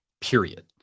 period